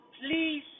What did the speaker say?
please